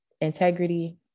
integrity